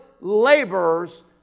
laborers